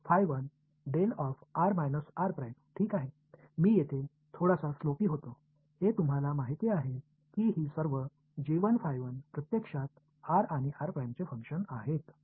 मी येथे थोडासा स्लोपी होतो हे तुम्हाला माहिती आहे की ही सर्व प्रत्यक्षात r आणि r' चे फंक्शन आहेत